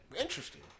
Interesting